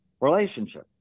relationship